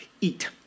eat